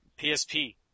PSP